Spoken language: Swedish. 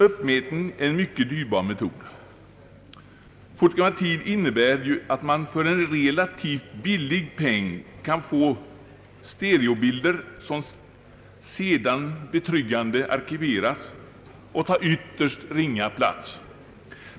Uppmätning är en mycket dyrbar metod. Fotogrammetrin innebär att man för en relativt billig penning kan få stereobilder som sedan betryggande arkiveras och tar ytterst ringa plats.